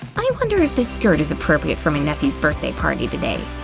i wonder if this skirt is appropriate for my nephew's birthday party today.